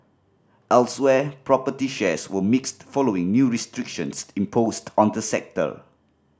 elsewhere property shares were mixed following new restrictions imposed on the sector